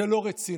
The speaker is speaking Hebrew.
זה לא רציני.